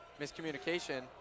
Miscommunication